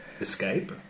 escape